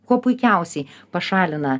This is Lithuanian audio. kuo puikiausiai pašalina